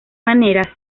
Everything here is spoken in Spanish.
manera